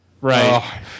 Right